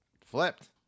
Flipped